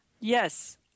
Yes